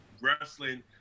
wrestling